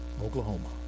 Oklahoma